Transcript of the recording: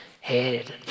head